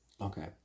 Okay